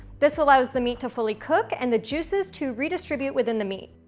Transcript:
this allows the meat to fully cook and the juices to redistribute within the meat.